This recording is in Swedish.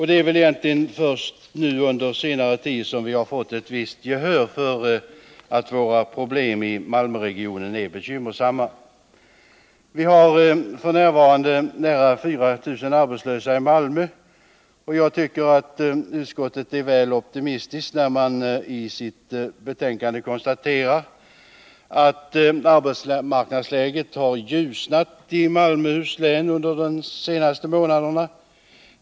Det är väl egentligen först under senare tid som vi har fått ett visst gehör för att våra problem i Malmöregionen är bekymmersamma. Viharf. n. nära 4 000 arbetslösa i Malmö, och jag tycker att utskottet är väl optimistiskt när det i sitt betäkande konstaterar att arbetsmarknadsläget har ljusnat i Malmöhus län under de senaste månaderna.